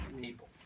people